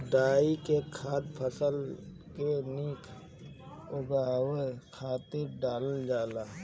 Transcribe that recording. डाई के खाद फसल के निक उगावे खातिर डालल जात हवे